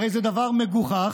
הרי זה דבר מגוחך,